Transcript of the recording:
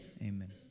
Amen